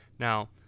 Now